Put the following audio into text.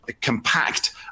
Compact